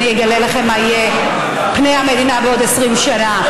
אני אגלה לכם מה יהיו פני המדינה בעוד 20 שנה: